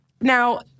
Now